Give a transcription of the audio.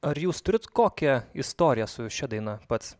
ar jūs turit kokią istoriją su šia daina pats